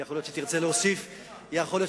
יכול להיות שתרצה להוסיף יותר.